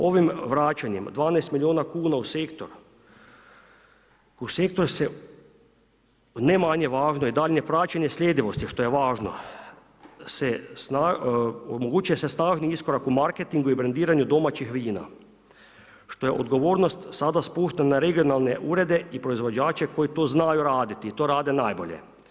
Ovim vraćanjem 12 milijuna kuna u sektor, ne manje važno i daljnje praćenje sljedivosti što je važno se omogućuje snažni iskorak u marketingu i brendiranju domaćih vina što je odgovornost sada spušten na regionalne urede i proizvođače koji to znaju raditi i to rade najbolje.